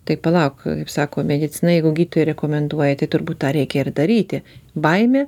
tai palauk kaip sako medicina jeigu gydytojai rekomenduoja tai turbūt tą reikia ir daryti baimė